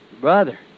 brother